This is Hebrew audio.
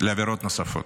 לעבירות נוספות.